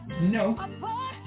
No